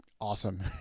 awesome